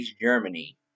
Germany